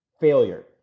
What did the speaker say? failure